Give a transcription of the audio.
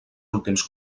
últims